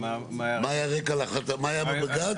מה היה בבג"ץ?